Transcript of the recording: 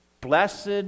blessed